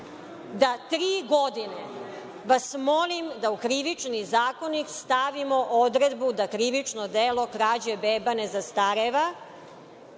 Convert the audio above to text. da tri godine vas molim da u Krivični zakonik stavimo odredbu da krivično delo krađe beba ne zastareva